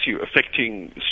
affecting